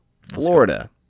Florida